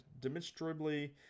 demonstrably